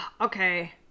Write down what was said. Okay